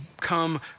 come